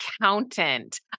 accountant